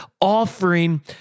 offering